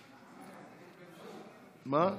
מה?